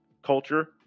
culture